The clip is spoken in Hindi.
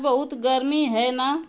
आज बहुत गर्मी है न